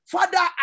Father